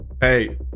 Hey